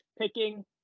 picking